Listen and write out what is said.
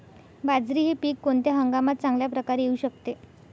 बाजरी हे पीक कोणत्या हंगामात चांगल्या प्रकारे येऊ शकते?